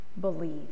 believe